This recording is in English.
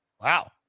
wow